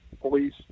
police